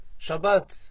Shabbat